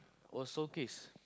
oh Solecase